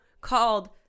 called